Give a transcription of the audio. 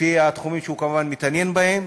לפי תחומים, כמובן, שהוא כמובן מתעניין בהם.